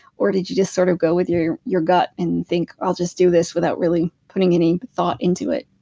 or did you just sort of go with your your gut and think, i'll just do this without really putting any thought into it?